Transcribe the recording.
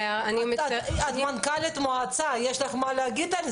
את מנכ"לית המועצה, יש לך מה להגיד על זה.